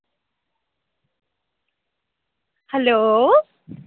hello